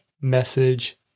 message